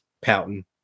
pouting